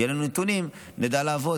וכשיהיו לנו נתונים נדע לעבוד,